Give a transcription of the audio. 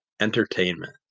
Entertainment